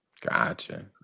Gotcha